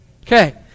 Okay